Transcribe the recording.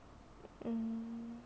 mm